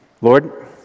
Lord